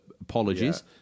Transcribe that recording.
apologies